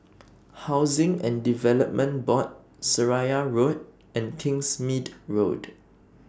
Housing and Development Board Seraya Road and Kingsmead Road